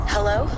Hello